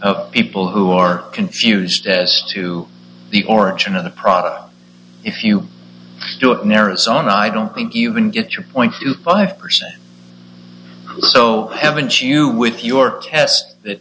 of people who are confused as to the origin of the product if you do it narrows on i don't think you can get your point two five percent haven't you with your test that